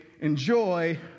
enjoy